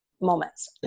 moments